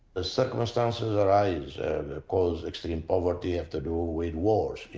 ah circumstances arise cause extreme poverty have to do ah with wars,